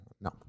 No